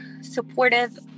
supportive